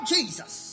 Jesus